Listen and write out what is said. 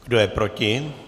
Kdo je proti?